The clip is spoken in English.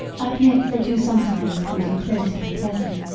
i admit they do sometimes come too close to be pleasant,